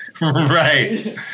Right